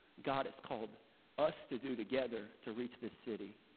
god has called us to do together to reach this city.